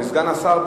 וסגן השר,